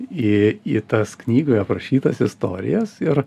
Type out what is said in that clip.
į į tas knygoj aprašytas istorijas ir